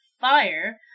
fire